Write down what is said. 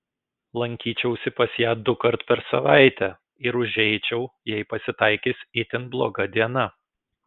lankyčiausi pas ją dukart per savaitę ir užeičiau jei pasitaikys itin bloga diena